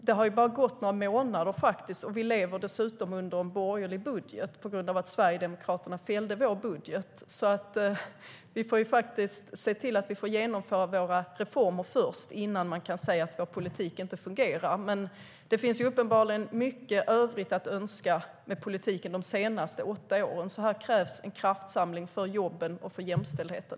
Det har bara gått några månader av mandatperioden än, och vi lever dessutom under en borgerlig budget på grund av att Sverigedemokraterna fällde vår budget. Vi får se till att vi får genomföra våra reformer innan man kan säga att vår politik inte fungerar. Det finns uppenbarligen mycket övrigt att önska med den politik som förts de senaste åtta åren. Här krävs en kraftsamling för jobben och jämställdheten.